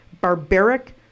barbaric